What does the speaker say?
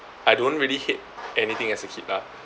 I don't really hate anything as a kid lah